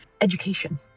education